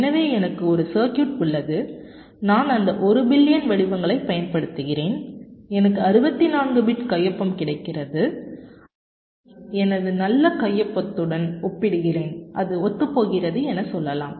எனவே எனக்கு ஒரு சர்க்யூட் உள்ளது நான் அந்த 1 பில்லியன் வடிவங்களைப் பயன்படுத்துகிறேன் எனக்கு 64 பிட் கையொப்பம் கிடைக்கிறது அதை எனது நல்ல கையொப்பத்துடன் ஒப்பிடுகிறேன் அது ஒத்துபோகிறது என சொல்லலாம்